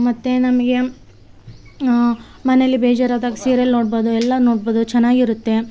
ಮತ್ತು ನಮಗೆ ಮನೇಯಲ್ಲಿ ಬೇಜಾರು ಆದಾಗ ಸೀರಿಯಲ್ ನೋಡ್ಬೋದು ಎಲ್ಲ ನೋಡ್ಬೋದು ಚೆನ್ನಾಗಿರುತ್ತೆ